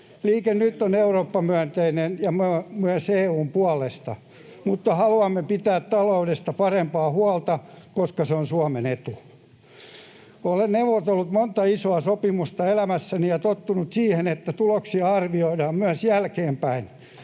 Liike Nyt on Eurooppa-myönteinen ja myös EU:n puolesta, mutta haluamme pitää taloudesta parempaa huolta, koska se on Suomen etu. Olen neuvotellut monta isoa sopimusta elämässäni ja tottunut siihen, että tuloksia arvioidaan myös jälkeenpäin,